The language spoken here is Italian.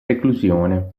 reclusione